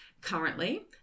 currently